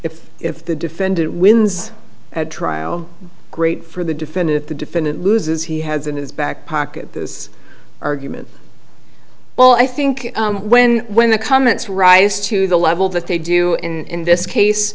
if if the defendant wins at trial great for the defendant the defendant loses he has in his back pocket argument well i think when when the comments rise to the level that they do in this case